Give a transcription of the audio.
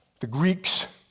the greeks